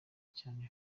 cyane